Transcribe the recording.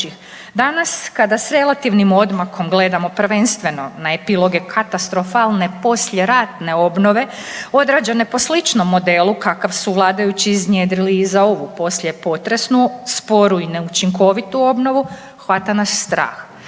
Danas kada s relativnim odmakom gledamo prvenstveno na epiloge katastrofalne poslijeratne obnove odrađene po sličnom modelu kakav su vladajući iznjedrili i za ovu poslijepotresnu sporu i neučinkovitu obnovu, hvata nas strah.